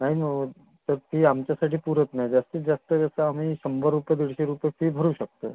नाही ना होत तर ती आमच्यासाठी पुरत नाही जास्तीत जास्त कसं आम्ही शंभर रुपये दीडशे रुपये फी भरू शकतो